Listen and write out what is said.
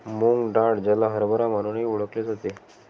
मूग डाळ, ज्याला हरभरा म्हणूनही ओळखले जाते